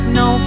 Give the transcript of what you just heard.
no